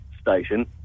station